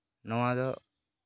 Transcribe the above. ᱱᱚᱣᱟ ᱫᱚ